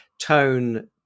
tone